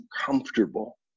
comfortable